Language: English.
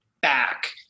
back